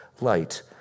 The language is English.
light